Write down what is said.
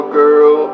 girl